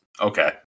okay